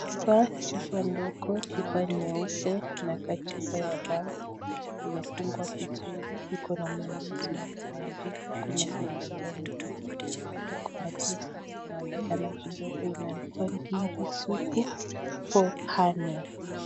Chupa, chupa ndogo, chupa nyeupe inakaa kichupa ya dawa, imefungwa vizuri, iko na maandishi yamesomeka, kuna zenye haisomekani na kuna pia zenye inasomeka kidogo. Imeandikwa Ngiri sugu for hernia.